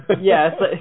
Yes